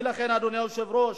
ולכן, אדוני היושב-ראש,